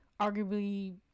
arguably